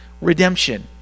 redemption